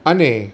અને